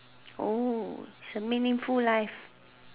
oh is a meaningful life